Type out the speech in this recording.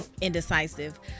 indecisive